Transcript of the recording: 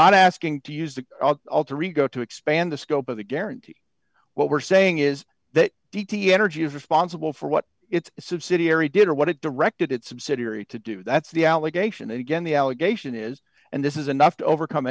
not asking to use the alter ego to expand the scope of the guarantee what we're saying is that energy is responsible for what its subsidiary did or what it directed its subsidiary to do that's the allegation again the allegation is and this is enough to overcome